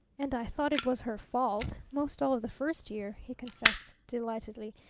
and i thought it was her fault most all of the first year, he confessed delightedly.